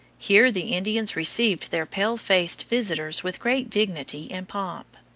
here the indians received their pale-faced visitors with great dignity and pomp.